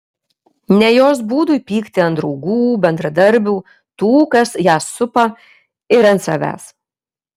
ne jos būdui pykti ant draugų bendradarbių tų kas ją supa ir ant savęs